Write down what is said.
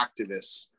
activists